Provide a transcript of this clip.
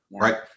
right